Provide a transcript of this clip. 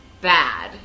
bad